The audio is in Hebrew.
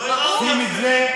שים את זה,